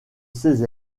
ses